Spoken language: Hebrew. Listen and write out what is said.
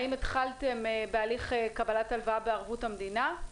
האם התחלתם בהליך קבלת הלוואה בערבות המדינה?